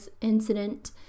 incident